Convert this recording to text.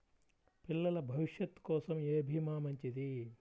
పిల్లల భవిష్యత్ కోసం ఏ భీమా మంచిది?